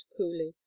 coolly